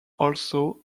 also